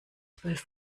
zwölf